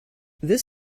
this